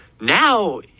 now